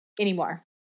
anymore